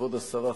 כבוד השרה,